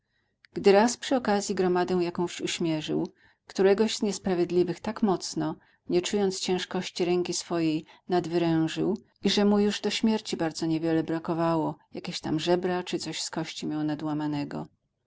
raz przy okazji gromadę jakąś uśmierzył któregoś z niesprawiedliwych tak mocno nie czując ciężkości ręki swojej nadwerężył iże mu już do śmierci bardzo niewiele brakowało jakieś tam żebra czy coś z kości miał nadłamanego za to go